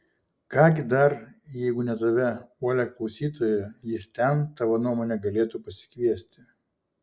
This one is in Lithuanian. ką gi dar jeigu ne tave uolią klausytoją jis ten tavo nuomone galėtų pasikviesti